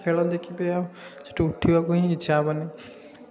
ଖେଳ ଦେଖିବେ ଆଉ ସେଇଠୁ ଉଠିବାକୁ ହିଁ ଇଛା ହେବନି